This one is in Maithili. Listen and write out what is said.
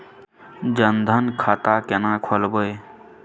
जनधन खाता केना खोलेबे?